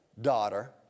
daughter